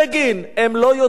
הם לא יודעים לבנות,